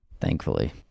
Thankfully